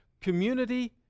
Community